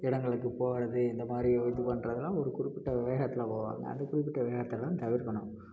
இடங்களுக்குப் போகிறது இந்த மாதிரி இது பண்ணுறதுலாம் ஒரு குறிப்பிட்ட வேகத்தில் போவாங்க அந்த குறிப்பிட்ட வேகத்தெல்லாம் தவிர்க்கணும்